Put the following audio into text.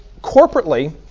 corporately